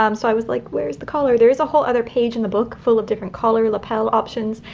um so i was like where's the collar? there is a whole other page in the book full of different collar lapel options.